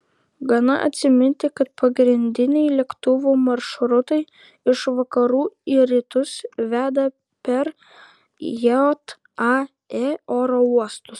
gana atsiminti kad pagrindiniai lėktuvų maršrutai iš vakarų į rytus veda per jae oro uostus